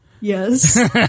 Yes